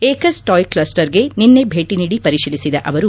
ಏಕಸ್ ಟಾಯ್ ಕ್ಷಸ್ಟರ್ಗೆ ನಿನ್ನೆ ಭೇಟ ನೀಡಿ ಪರಿಶೀಲಿಸಿದ ಅವರು